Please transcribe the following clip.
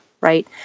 right